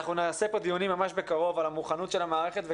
אנחנו נעשה פה דיונים ממש בקרוב על המוכנות של המערכת.